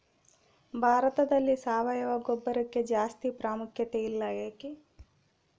ಭಾರತದಲ್ಲಿ ಸಾವಯವ ಗೊಬ್ಬರಕ್ಕೆ ಜಾಸ್ತಿ ಪ್ರಾಮುಖ್ಯತೆ ಇಲ್ಲ ಯಾಕೆ?